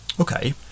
Okay